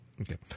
Okay